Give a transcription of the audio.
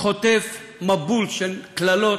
חוטף מבול של קללות,